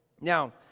Now